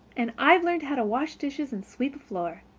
and i've learned how to wash dishes and sweep a floor.